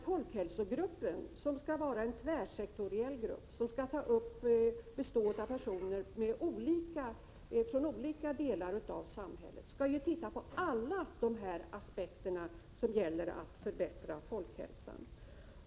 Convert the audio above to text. Folkhälsogruppen, som skall vara en tvärsektoriell grupp bestående av personer från olika 25 delar av samhället, skall titta på alla de aspekter som rör ett förbättrande av folkhälsan.